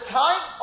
time